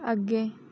अग्गें